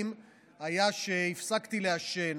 הייתה שהפסקתי לעשן